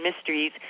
Mysteries